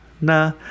nah